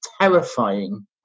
terrifying